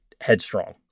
headstrong